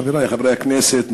חברי חברי הכנסת,